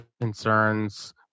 concerns